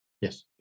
Yes